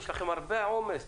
יש לכם הרבה עומד,